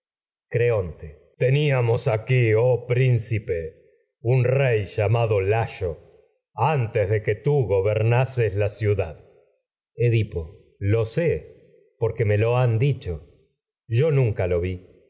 asesinato creonte teníamos mado aquí oh principe un rey lla layo antes de que tú gobernases la ciudad me edipo lo sé porque lo han dicho yo nunca lo vi